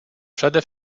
przede